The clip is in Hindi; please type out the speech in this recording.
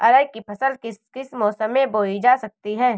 अरहर की फसल किस किस मौसम में बोई जा सकती है?